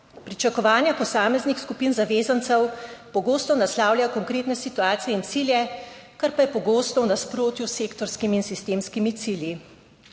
Pričakovanja posameznih skupin zavezancev pogosto naslavlja konkretne situacije in cilje, kar pa je pogosto v nasprotju s 29.